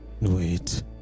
Wait